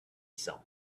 some